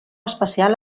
espacial